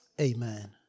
Amen